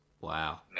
wow